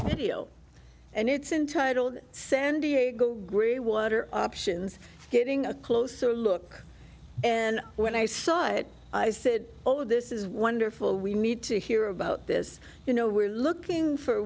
deal and it's in titled san diego green water options getting a closer look and when i saw it i said oh this is wonderful we need to hear about this you know we're looking for